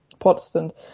Protestant